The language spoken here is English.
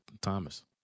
Thomas